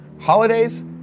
Holidays